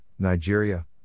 Nigeria